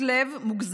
הממ"ר, הינה, מיקי.